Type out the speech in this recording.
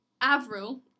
Avril